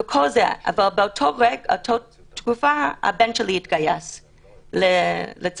כל זה ובאותה תקופה הבן שלי התגייס לצנחנים.